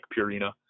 purina